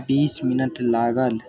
बीस मिनट लागल